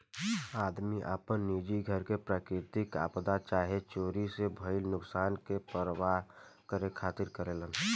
आदमी आपन निजी घर के प्राकृतिक आपदा चाहे चोरी से भईल नुकसान के भरपाया करे खातिर करेलेन